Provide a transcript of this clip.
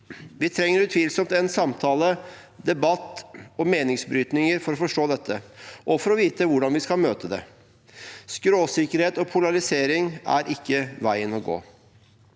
Vi trenger utvilsomt samtale, debatt og meningsbrytninger for å forstå dette og for å vite hvordan vi skal møte det. Skråsikkerhet og polarisering er ikke veien å gå.